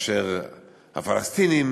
כאשר הפלסטינים